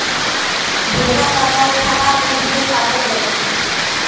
भेड़ा कसाइ खना में भेड़ काटल जाइ छइ